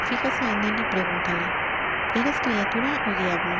fíjase en él y pregúntale e r e s criatura ó diablo